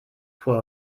fuhr